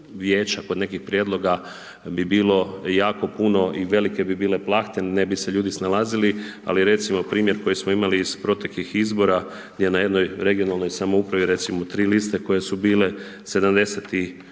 vijeća, kod nekih prijedloga bi bilo jako puno i velike bi bile plahte, ne bi se ljudi snalazili, ali recimo primjer koji smo imali iz proteklih izbora gdje na jednoj regionalnoj samoupravi, recimo tri liste koje su bile, 76